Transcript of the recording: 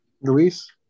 Luis